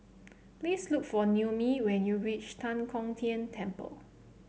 please look for Noemi when you reach Tan Kong Tian Temple